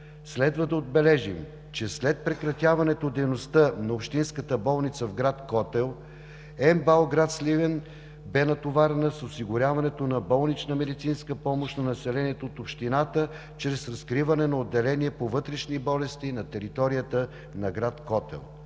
Следва да отбележим, че след прекратяването дейността на общинската болница в гр. Котел, МБАЛ – гр. Сливен, бе натоварена с осигуряването на болнична медицинска помощ на населението от общината чрез разкриване на отделение по вътрешни болести на територията на гр. Котел.